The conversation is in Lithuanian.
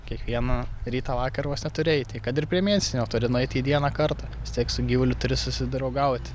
kiekvieną rytą vakarą vos ne turi eiti kad ir prie mėsinio turi nueiti į dieną kartą vis tiek su gyvuliu turi susidraugauti